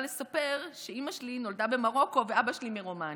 לספר שאימא שלי נולדה במרוקו ואבא שלי ברומניה,